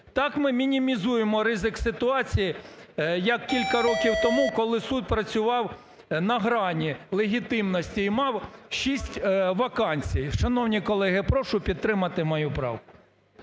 Так ми мінімізуємо ризик ситуації, як кілька років тому, коли суд працював на грані легітимності і мав шість вакансій. Шановні колеги! Прошу підтримати мою правку.